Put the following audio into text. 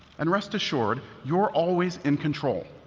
and rest assured, you're always in control.